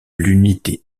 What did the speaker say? l’unité